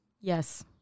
Yes